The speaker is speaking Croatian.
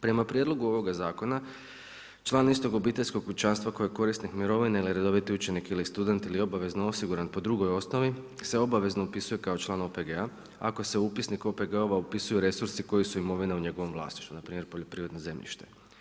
Prema prijedlogu ovoga zakona član istog obiteljskog kućanstva koji je korisnik mirovine, ili redoviti učenik, ili student ili obavezno osiguran po drugoj osnovi se obavezno upisuje kao član OPG-a ako se upisnik OPG-ova upisuju resursi koji su navedeni u njegovom vlasništvu npr. poljoprivredno zemljište.